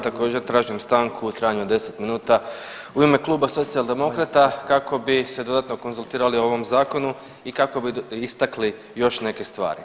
Također tražim stanku u trajanju od 10 minuta u ime Kluba Socijaldemokrata kako bi se dodatno konzultirali o ovom zakonu i kako bi istakli još neke stvari.